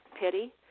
pity